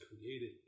created